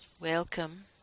Welcome